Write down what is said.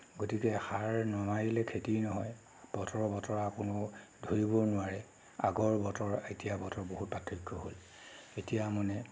গতিকে সাৰ নামাৰিলে খেতিয়ে নহয় বতৰৰ বতৰা কোনো ধৰিব নোৱাৰি আগৰ বতৰ এতিয়াৰ বতৰ বহুত পাৰ্থক্য হ'ল এতিয়া মানে